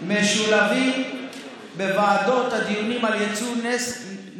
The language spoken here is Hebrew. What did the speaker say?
נציגי משרד החוץ משולבים בוועדות הדיונים על יצוא נשק